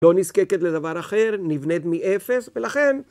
לא נזקקת לדבר אחר, נבנית מאפס, ולכן...